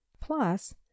plus